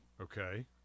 Okay